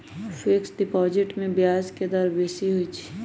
fixed deposit में ब्याज के दर बेशी होइ छइ